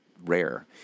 rare